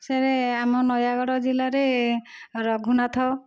sir ଆମ ନୟାଗଡ଼ ଜିଲ୍ଲାରେ ରଘୁନାଥ